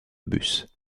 bus